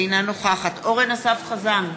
אינה נוכחת אורן אסף חזן,